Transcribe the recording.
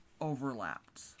overlapped